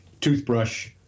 toothbrush